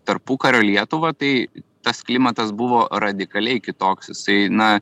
tarpukario lietuvą tai tas klimatas buvo radikaliai kitoks jisai na